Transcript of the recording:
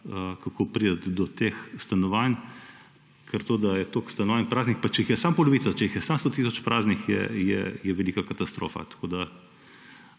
kako priti do teh stanovanj. Ker to, da je toliko stanovanj praznih, pa če jih je samo polovica, če jih je samo 100 tisoč praznih, je velika katastrofa. Se pa